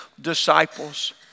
disciples